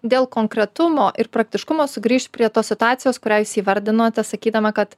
dėl konkretumo ir praktiškumo sugrįšiu prie tos situacijos kurią jūs įvardinote sakydama kad